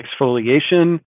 exfoliation